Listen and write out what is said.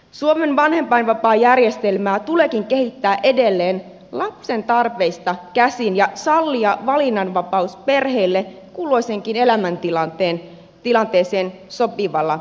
suomen vanhempainvapaajärjestelmää tuleekin kehittää edelleen lapsen tarpeista käsin ja sallia valinnanvapaus perheille kulloiseenkin elämäntilanteeseen sopivalla tavalla